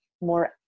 more